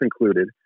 included